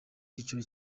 cyiciro